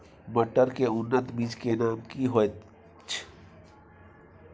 मटर के उन्नत बीज के नाम की होयत ऐछ?